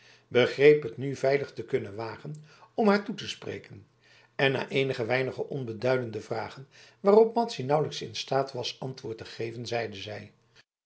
begreep het nu veilig te kunnen wagen om haar toe te spreken en na eenige weinige onbeduidende vragen waarop madzy nauwelijks in staat was antwoord te geven zeide zij